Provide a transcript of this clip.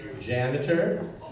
Janitor